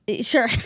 Sure